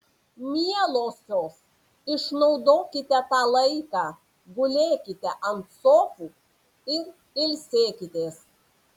mielosios išnaudokite tą laiką gulėkite ant sofų ir ilsėkitės